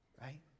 right